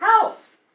house